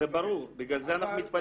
זה ברור, בגלל זה אנחנו מתפלאים.